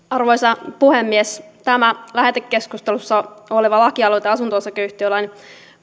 arvoisa puhemies tämä lähetekeskustelussa oleva lakialoite asunto osakeyhtiölain